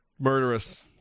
murderous